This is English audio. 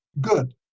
good